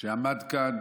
שעמד כאן